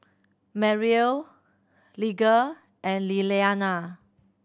Mariel Lige and Liliana